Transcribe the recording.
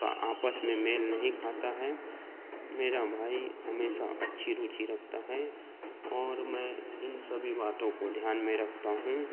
का आपस में मेल नहीं खाता है मेरा भाई हमेशा अच्छी रुची रखता है और मैं उन सभी बातों को ध्यान में रखता हूँ